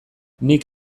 nik